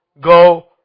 Go